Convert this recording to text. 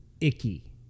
icky